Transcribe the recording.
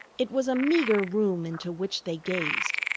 it was a meagre room into which they gazed,